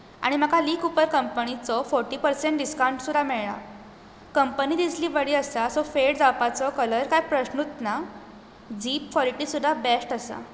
आनी म्हाका Lee Cooper कंपनीचो फोर्टी पर्सेंट डिसकाउंट सुद्दा मेळ्ळा कंपनी तितली बरी आसा सो फॅड जावपाचो कलर कांय प्रश्नूच ना झीप कॉलिटी सुद्दा बॅस्ट आसा